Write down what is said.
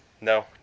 No